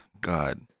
god